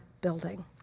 building